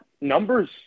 numbers